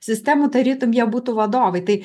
sistemų tarytum jie būtų vadovai tai